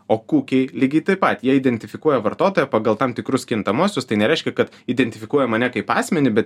o kukiai lygiai taip pat jie identifikuoja vartotoją pagal tam tikrus kintamuosius tai nereiškia kad identifikuoja mane kaip asmenį bet